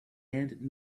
and